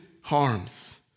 harms